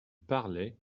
parlait